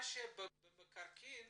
מה שידוע במקרקעין